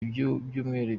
ibyumweru